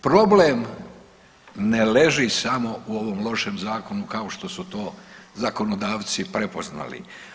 Problem ne leži samo u ovom lošem zakonu kao što su to zakonodavci prepoznali.